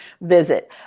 visit